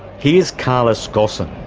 here's carlos ghosn,